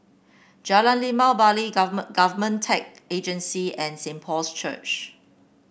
Jalan Limau Bali Government Agency and Saint Paul's Church